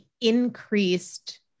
increased